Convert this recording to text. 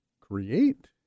create